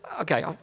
okay